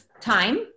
time